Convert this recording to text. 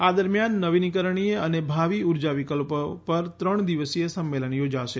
આ દરમિયાન નવીનીકરણીય અને ભાવી ઉર્જા વિકલ્પો પર ત્રણ દિવસીય સંમેલન યોજાશે